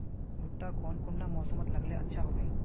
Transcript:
भुट्टा कौन कुंडा मोसमोत लगले अच्छा होबे?